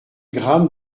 grammes